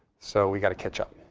so we've got to catch up.